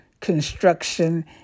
construction